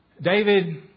David